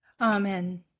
Amen